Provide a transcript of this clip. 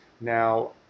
Now